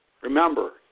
Remember